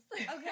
Okay